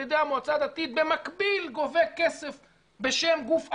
ידי המועצה הדתית ובמקביל גובה כסף בשם גוף אחר,